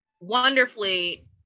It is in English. wonderfully